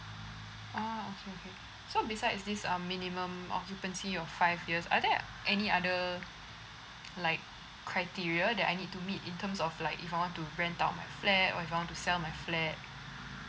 ah okay okay so besides this um minimum occupancy of five years are there any other like criteria that I need to meet in terms of like if I want to rent out my flat or if I want to sell my flat